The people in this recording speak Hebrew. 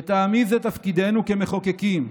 לטעמי זה תפקידנו כמחוקקים,